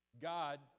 God